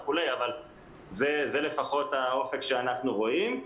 אבל זה האופק שאנחנו רואים.